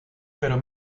pero